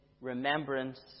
remembrance